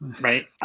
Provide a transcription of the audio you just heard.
Right